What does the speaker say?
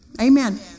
Amen